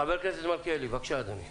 ח"כ מלכיאלי בבקשה.